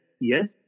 yes